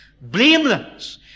blameless